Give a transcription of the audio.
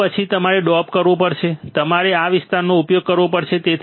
તે પછી તમારે ડોપ કરવો પડશે તમારે આ વિસ્તારનો ઉપયોગ કરવો પડશે